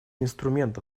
инструменты